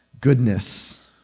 goodness